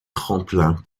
tremplin